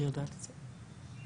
אני יודעת את זה.